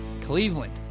Cleveland